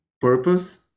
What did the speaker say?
purpose